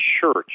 church